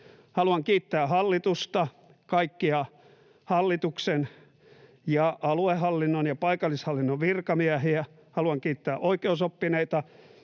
Haluan kiittää hallitusta, kaikkia hallituksen ja aluehallinnon ja paikallishallinnon virkamiehiä, haluan kiittää oikeusoppineita,